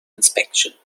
inspection